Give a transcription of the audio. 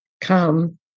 come